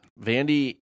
Vandy